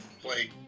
play